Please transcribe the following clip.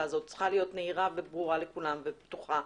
הזו צריכה להיות ברורה לכולם ונגישה.